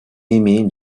имеем